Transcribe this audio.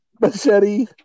Machete